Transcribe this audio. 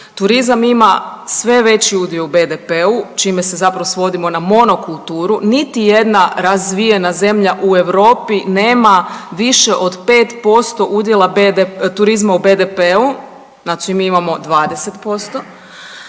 Turizam ima sve veći udio u BDP-u čime se zapravo svodimo na monokulturu. Niti jedna razvijena zemlja u Europi nema više od 5% udjela turizma u BDP-u, znači mi imamo 20%.